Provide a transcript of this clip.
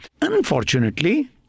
Unfortunately